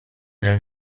nel